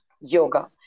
yoga